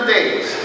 Days